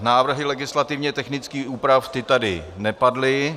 Návrhy legislativně technických úprav tady nepadly.